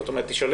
זאת אומרת, תישלל